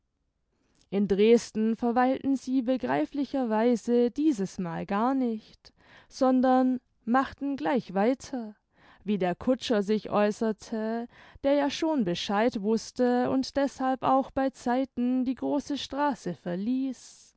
in dresden verweilten sie begreiflicher weise diesesmal gar nicht sondern machten gleich weiter wie der kutscher sich äußerte der ja schon bescheid wußte und deßhalb auch bei zeiten die große straße verließ